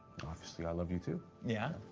obviously, i love you too. yeah?